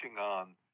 on